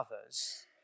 others